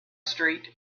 street